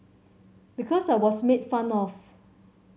because I was made fun of